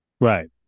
right